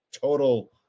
total